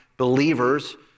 Believers